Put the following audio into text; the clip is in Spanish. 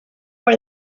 por